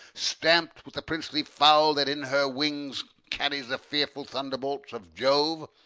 stampt with the princely fowl that in her wings carries the fearful thunderbolts of jove?